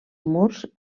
murs